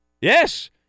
Yes